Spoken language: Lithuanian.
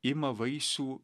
ima vaisių